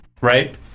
right